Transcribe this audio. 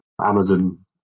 Amazon